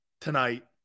tonight